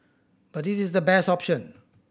but this is the best option